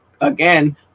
again